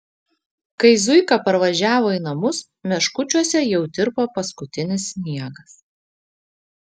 kai zuika parvažiavo į namus meškučiuose jau tirpo paskutinis sniegas